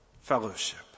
fellowship